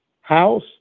House